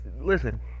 listen